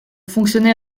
fonctionner